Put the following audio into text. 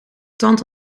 tand